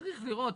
צריך לראות.